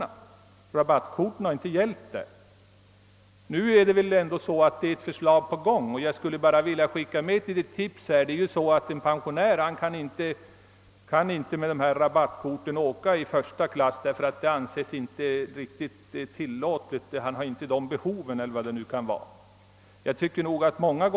Nu har dock detta missförhållande rättats till och i det sammanhanget vill jag ge ett tips. Pensionärer får som bekant inte åka första klass med dessa rabattkort — det anses väl inte att de har behov därav.